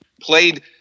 played –